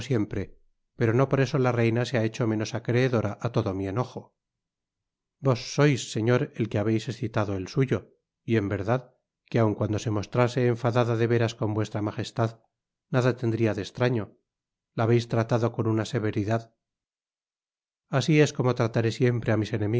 pero no por eso la reina se ha hecho menos acreedora á todo mi enojo vos sois señor el que habeis escitado el suyo y en verdad que aun cuando se mostrase enfadada de veras con vuestra magestad nada tendría de estraño la habeis tratado con una severidad asi es como trataré siempre á mis